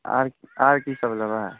आर की सभ लेबै